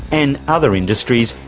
and other industries,